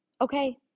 Okay